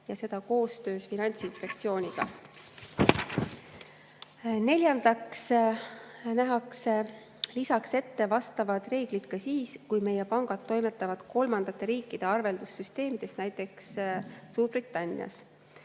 ja seda koostöös Finantsinspektsiooniga. Neljandaks nähakse ette vastavad reeglid ka siis, kui meie pangad toimetavad kolmandate riikide arveldussüsteemides, näiteks Suurbritannias.